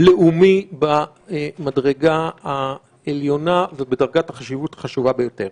לאומי במדרגה העליונה ובדרגת החשיבות החשובה ביותר.